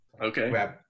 Okay